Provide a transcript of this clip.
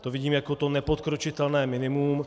To vidím jako to nepodkročitelné minimum.